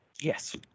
Yes